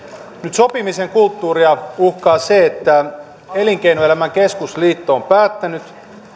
sopimisen kulttuuria uhkaa se että elinkeinoelämän keskusliitto on päättänyt